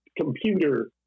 computer